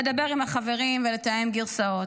לדבר עם החברים ולתאם גרסאות,